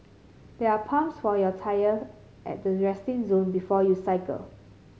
there are pumps for your tyre at the resting zone before you cycle